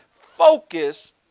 focus